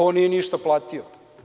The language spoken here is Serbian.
On nije ništa platio.